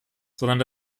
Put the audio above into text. sondern